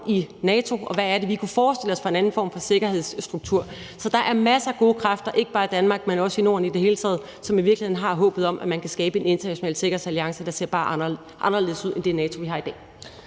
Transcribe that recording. i NATO, og hvad det er, vi kunne forestille os for en anden form for sikkerhedsstruktur. Så der er masser af gode kræfter, ikke bare i Danmark, men jo også i Norden i det hele taget, som i virkeligheden har håbet om, at man kan skabe en international sikkerhedsalliance, der ser anderledes ud end det NATO, vi har i dag.